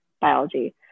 biology